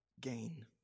gain